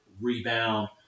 rebound